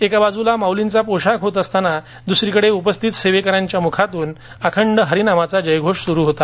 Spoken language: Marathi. एका बाजूला माउलींचा पोशाख होत असताना दुसरीकडे उपस्थित सेवेकऱ्यांच्या मुखातून अखंड हरिनामाचा जयघोष सूरु होता